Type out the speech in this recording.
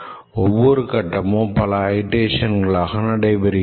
ஓவ்வொரு கட்டமும் பல அயிட்ரேஷன்களாக நடைபெறுகிறது